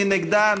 מי נגדה?